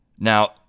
Now